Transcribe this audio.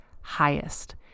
Highest